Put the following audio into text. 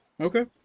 Okay